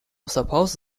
suppose